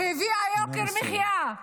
שהביאה יוקר מחיה,